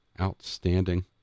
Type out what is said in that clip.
Outstanding